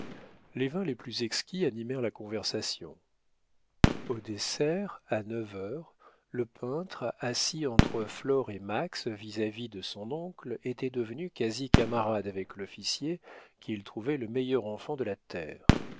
les vins les plus exquis animèrent la conversation au dessert à neuf heures le peintre assis entre flore et max vis-à-vis de son oncle était devenu quasi camarade avec l'officier qu'il trouvait le meilleur enfant de la terre